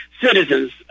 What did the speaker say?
citizens